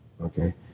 Okay